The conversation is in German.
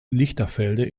lichterfelde